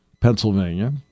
Pennsylvania